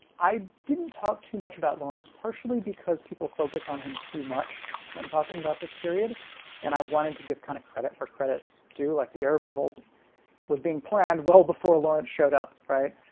i didn't talk too much about lawrence partially because people focus on him too much when talking about this period and i wanted to give kind of credit where credit's due like the arab revolt was being planned. well before lawrence showed up, right?